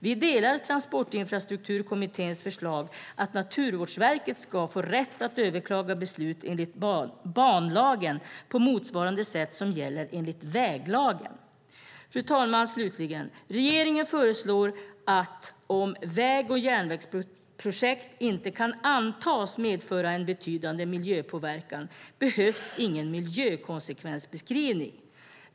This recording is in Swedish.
Vi håller med om Transportinfrastrukturkommitténs förslag att Naturvårdsverket ska få rätt att överklaga beslut enligt banlagen på motsvarande sätt som gäller enligt väglagen. Fru talman! Regeringen föreslår slutligen att om väg eller järnvägsprojekt inte kan antas medföra en betydande miljöpåverkan ska det inte behövas någon miljökonsekvensbeskrivning.